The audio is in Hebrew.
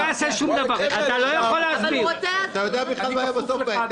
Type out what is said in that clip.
אתה יודע איך העסק ייראה?